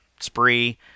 spree